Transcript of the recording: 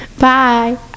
bye